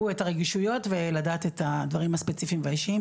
את הרגישויות ולדעת את הדברים הספציפיים והאישיים,